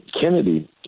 Kennedy